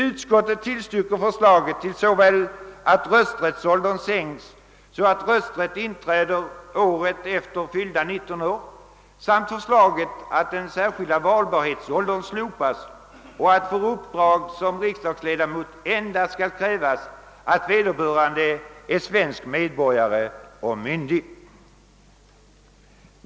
Utskottet tillstyrker såväl förslaget om att rösträttsåldern sänks så att rösträtt inträder året efter fyllda 19 år som förslaget att den särskilda valbarhetsåldern slopas och att för uppdrag som riksdagsledamot endast skall krävas att vederbörande är svensk medborgare och myndig.